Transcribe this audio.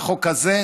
עם החוק הזה,